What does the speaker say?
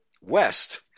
west